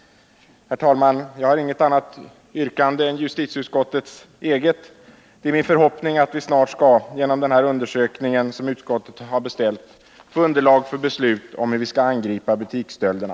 Herr talman! Jag har inget annat yrkande än justitieutskottets. Det är min förhoppning att vi, genom den undersökning som utskottet har beställt, snart skall få underlag för beslut om hur vi skall angripa butiksstölderna.